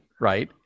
right